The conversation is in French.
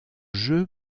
jeu